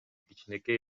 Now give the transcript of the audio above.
кичинекей